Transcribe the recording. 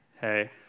Hey